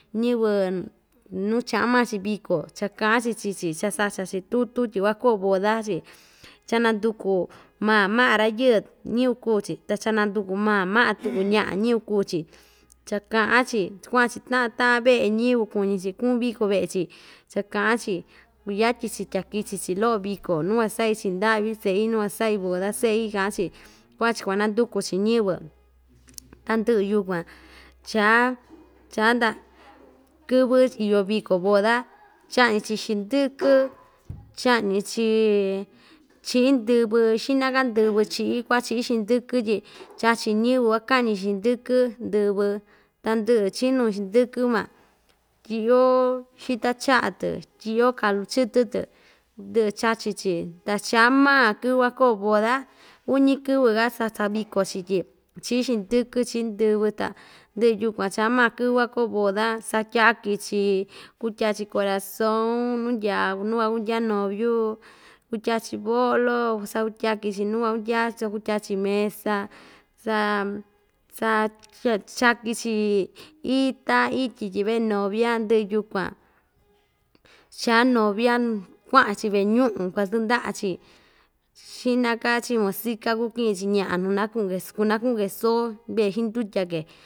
Ñiyɨvɨ nuu chaꞌa maa‑chi viko cha kaꞌan‑chi chii‑chi cha sacha‑chi tuku tyi kuakoo boda‑chi chananduku maa maꞌa rayɨɨ ñiyɨvɨ kuu‑chi ta chanan‑duku maa maꞌa tuku ñaꞌa ñiyɨvɨ kuu‑chi cha kaꞌa‑chi cha kuaꞌa‑chi taꞌan taꞌan veꞌe ñiyɨvɨ kuñi‑chi kuꞌun viko veꞌe‑chi cha kaꞌan‑chi kuyatyi‑chi ta kityi‑chi loꞌo viko nuu kuasaꞌi chii ndaꞌvi seꞌi nuu kuasaꞌi boda seꞌi kaꞌa‑chi kuaꞌa‑chi kuananduku‑chi ñiyɨvɨ tandɨꞌɨ yukuan chaa chaa nda kɨvɨ iyo viko boda chaꞌñi‑chi xindɨkɨ chaꞌñi‑chi chiꞌi ndɨvɨ xiꞌna‑ka ndɨvɨ chiꞌi kuaꞌa chiꞌi xindɨkɨ tyi chachi ñiyɨvɨ kuakaꞌñi xindɨkɨ ndɨvɨ tandɨꞌɨ chinu xindɨkɨ van tyiꞌyo xita chaꞌa‑tɨ tyiꞌyo kalu chɨtɨ‑tɨ ndɨꞌɨ chachi‑chi ta chaa maa kɨvɨ kuakoo boda uñi kɨvɨ‑ka cha saꞌa viko‑chi tyi chiꞌi xindɨkɨ chiꞌi ndɨvɨ ta ndɨꞌɨ yukuan chaa maa kɨvɨ kua koo boda satyaki‑chi kutyaa‑chi corazon nundyaa nuu kuakundya noviu kutyaki boꞌlo sakutyaki‑chi nuu kuakunda‑chi kutyaa‑chi mesa ta sa tye chakin‑chi iita ityi tyi vee novia ndɨꞌɨ yukuan chaa novia kuaꞌa‑chi veꞌe ñuꞌu kua tandaꞌa‑chi xiꞌna‑ka chiꞌin musica kukɨꞌɨ‑chi ñaꞌa nuu naa kuꞌun kunakuꞌun‑ke soo veꞌe xindutya‑ke.